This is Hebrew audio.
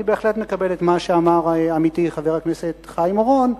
שאני בהחלט מקבל את מה שאמר עמיתי חבר הכנסת חיים אורון,